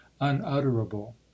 unutterable